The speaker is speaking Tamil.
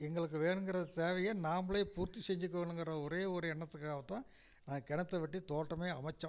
எங்களுக்கு வேணுங்கிற தேவையை நாம்மளே பூர்த்தி செஞ்சிக்கணுங்கற ஒரே ஒரு எண்ணத்துக்காகத் தான் நான் கிணத்த வெட்டி தோட்டமே அமைச்சோம்